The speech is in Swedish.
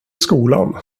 skolan